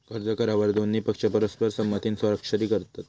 कर्ज करारावर दोन्ही पक्ष परस्पर संमतीन स्वाक्षरी करतत